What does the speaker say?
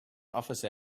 office